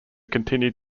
continued